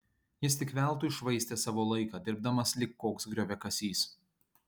jis tik veltui švaistė savo laiką dirbdamas lyg koks grioviakasys